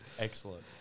Excellent